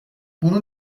bunu